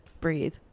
breathe